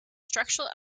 structural